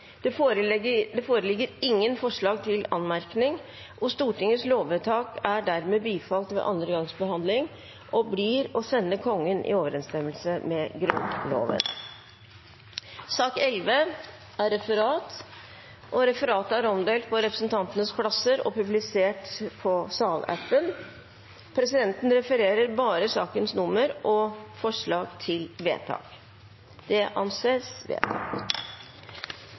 Det foreligger ingen forslag til anmerkning. Stortingets lovvedtak er dermed bifalt ved andre gangs behandling og blir å sende Kongen i overensstemmelse med grunnloven. Dermed er dagens kart ferdig behandlet. Forlanger noen ordet før møtet heves? – Møtet er